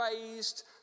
Raised